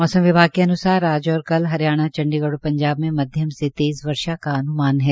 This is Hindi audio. मौसम विभाग के अन्सार आज और कल हरियाणा चंडीगढ़ और पंजाब में मध्यम से तेज़ वर्षा का अनुमान है